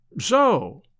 So